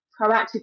proactive